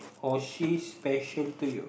or she special to you